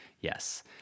Yes